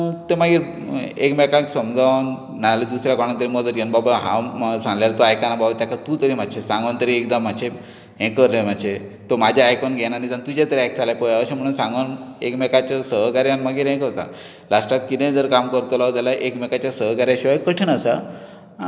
पूण तें मागीर एकमेकांक समजावन ना जाल्यार दुसऱ्यांक कोणाक मदीं घेवन मजत घेवन बाबा हांव सांगल्यार तो आयकना तूं तरी एकदां मतशी हें कर तो म्हजें आयकून घेना निदान तुजें तरी आयकता जाल्यार पळय अशें सांगून एकामेकांच्या सहकार्यान हें करता लास्टाक कितेंय जर काम करतलो जाल्यार एकमेकांच्या सहकार्या शिवाय कठीण आसा